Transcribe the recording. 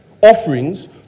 offerings